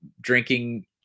drinking